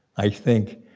i think,